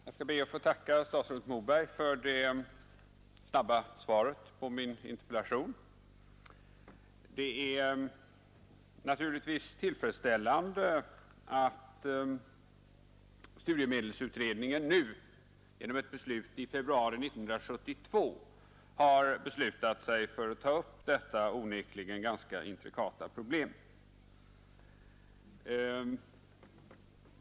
Herr talman! Jag ber att få tacka statsrådet Moberg för det snabba svaret på min interpellation. Det är naturligtvis tillfredställande att studiemedelsutredningen nu genom ett beslut i februari 1972 har bestämt sig för att ta upp detta onekligen intrikata problem.